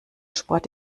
sport